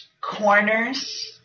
corners